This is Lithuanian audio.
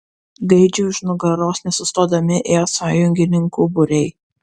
gaidžiui už nugaros nesustodami ėjo sąjungininkų būriai